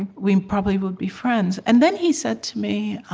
and we probably would be friends. and then he said to me,